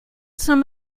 some